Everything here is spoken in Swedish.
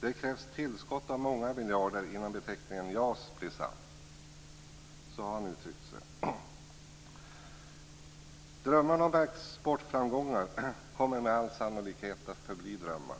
Det krävs tillskott av många miljarder innan beteckningen JAS blir sann. Så har han uttryckt sig. Drömmarna om exportframgångar kommer med all sannolikhet att förbli drömmar,